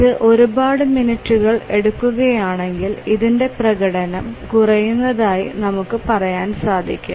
ഇത് ഒരുപാട് മിനിറ്റുകൾ എടുക്കുകയാണെങ്കിൽ ഇതിന്റെ പ്രകടനവും കുറയുന്നതായി നമുക്ക് പറയാൻ സാധിക്കും